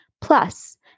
Plus